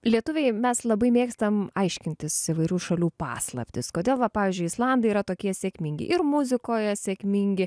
lietuviai mes labai mėgstam aiškintis įvairių šalių paslaptis kodėl va pavyzdžiui islandai yra tokie sėkmingi ir muzikoje sėkmingi